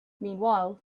meanwhile